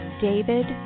David